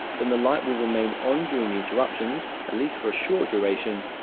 then the light will remain on during the interruptions, at least for a short duration,